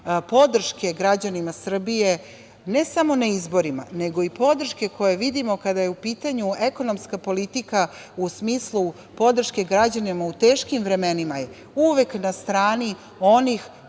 podrška građana Srbije, ne samo na izborima, nego i podrška koju vidimo, kada je u pitanju ekonomska politika, u smislu podrške građanima u teškim vremenima je uvek na strani onih